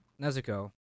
Nezuko